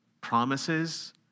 promises